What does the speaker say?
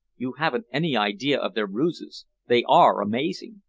you haven't any idea of their ruses. they are amazing!